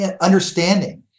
understanding